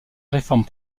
réforme